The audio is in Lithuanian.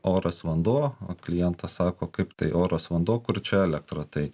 oras vanduo o klientas sako kaip tai oras vanduo kur čia elektra tai